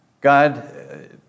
God